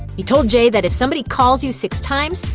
he told jay that if somebody calls you six times,